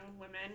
women